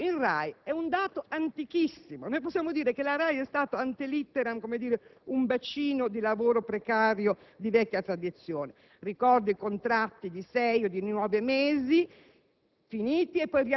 Il precariato in RAI è un dato antichissimo. Possiamo dire che la RAI è stata *ante litteram* un bacino di lavoro precario, dunque di vecchia tradizione: ricordo i contratti di sei o di nove mesi